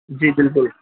جی بالکل